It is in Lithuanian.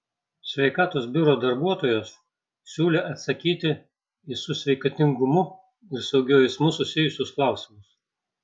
sveikatos biuro darbuotojos siūlė atsakyti į su sveikatingumu ir saugiu eismu susijusius klausimus